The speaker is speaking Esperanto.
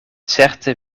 certe